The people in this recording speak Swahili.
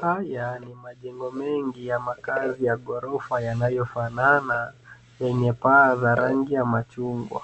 Haya ni majengo mengi ya makazi ya ghorofa yanayofanana yenye paa za rangi ya machungwa.